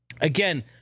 Again